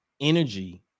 energy